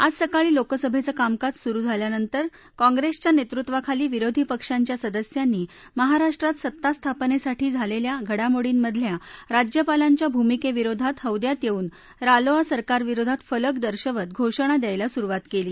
आज सकाळी लोकसभेचं कामकाज सुरु झाल्यानंतर काँग्रेसच्या नेतृत्वाखाली विरोधी पक्षांच्या सदस्यांनी महाराष्ट्रात सत्तास्थापनेसाठी झालेल्या घडामोडींमधल्या राज्यपालांच्या भूमिकेविरोधात हौद्यात येऊन रालोआ सरकारविरोधात फलक दर्शवत घोषणा द्यायला सुरुवात केली